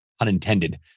unintended